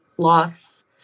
loss